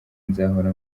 nzahora